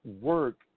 work